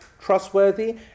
trustworthy